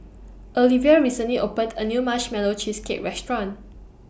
Alivia recently opened A New Marshmallow Cheesecake Restaurant